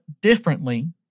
differently